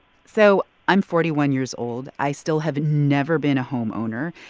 so i'm forty one years old. i still have never been a homeowner.